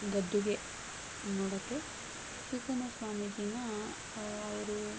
ಗದ್ದುಗೆ ನೋಡೋಕೆ ಶಿವಕುಮಾರ ಸ್ವಾಮೀಜಿನ ಅವರು